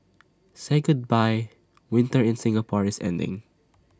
say goodbye winter in Singapore is ending